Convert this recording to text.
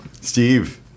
Steve